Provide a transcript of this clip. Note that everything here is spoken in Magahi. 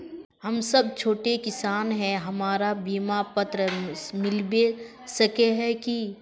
हम सब छोटो किसान है हमरा बिमा पात्र मिलबे सके है की?